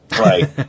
Right